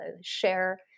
share